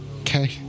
Okay